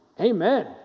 amen